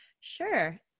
Sure